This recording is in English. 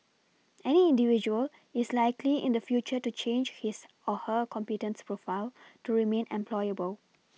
any individual is likely in the future to change his or her competence profile to remain employable